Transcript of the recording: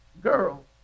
girl